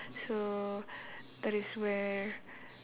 so that is where